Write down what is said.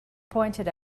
pointed